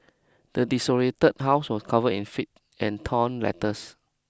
the desolated house was covered in filth and torn letters